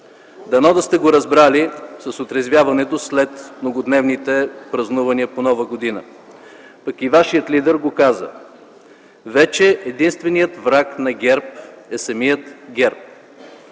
Дано да сте го разбрали след отрезвяването след многодневните празнувания по Нова година. Пък и вашият лидер го каза: „Вече единственият враг на ГЕРБ е самият ГЕРБ”.